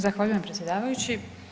Zahvaljujem predsjedavajući.